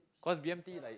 cause b_m_t like